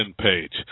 page